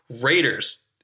Raiders